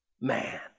man